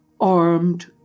armed